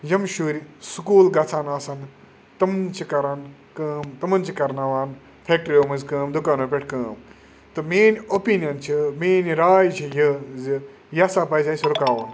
یِم شُرۍ سُکوٗل گَژھان آسَن تم چھِ کَران کٲم تمَن چھِ کَرناوان فٮ۪کٹریو منٛزۍ کٲم دُکانو پٮ۪ٹھ کٲم تہٕ میٛٲنۍ اۄپیٖنَن چھِ میٛٲنۍ راے چھِ یہِ زِ یہِ ہَسا پَزِ اَسہِ رُکاوُن